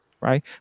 right